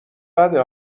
بده